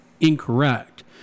incorrect